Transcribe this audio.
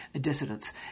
dissidents